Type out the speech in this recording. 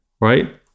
right